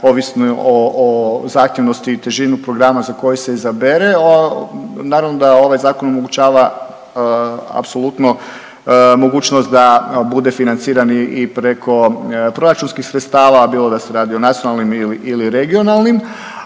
ovisni o zahtjevnosti i težinu programa za koji se izabere naravno da ovaj zakon omogućava apsolutno mogućnost da bude financiran i preko proračunskih sredstava, bilo da se radi nacionalnim ili regionalnim.